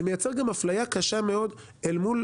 זה גם מייצר אפליה קשה מאוד אל מול